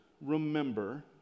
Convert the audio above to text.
remember